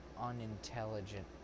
Unintelligent